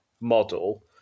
model